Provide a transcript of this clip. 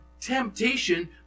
temptation